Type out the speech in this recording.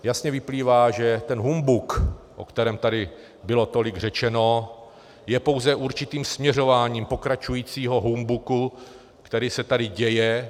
Jasně vyplývá, že ten humbuk, o kterém tady bylo tolik řečeno, je pouze určitým směřováním pokračujícího humbuku, který se tady děje.